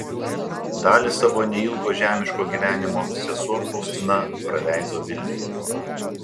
dalį savo neilgo žemiško gyvenimo sesuo faustina praleido vilniuje